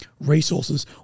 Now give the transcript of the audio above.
resources